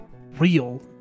real